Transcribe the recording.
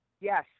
Yes